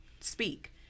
speak